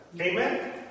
Amen